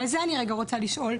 על זה אני רגע רוצה לשאול.